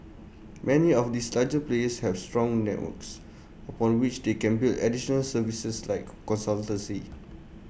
many of these larger players have strong networks upon which they can build additional services like consultancy